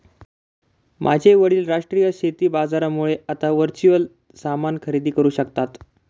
माझे वडील राष्ट्रीय शेती बाजारामुळे आता वर्च्युअल सामान खरेदी करू शकता